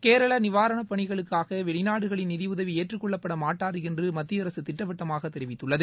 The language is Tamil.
கேரள நிவாரண பணிகளுக்காக வெளிநாடுகளின் நிதி உதவி ஏற்றுக் கொள்ளப்பட மாட்டாது என்று மத்திய அரசு திட்டவட்டமாக தெரிவித்துள்ளது